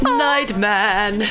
nightman